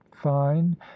fine